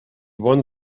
bon